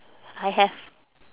I have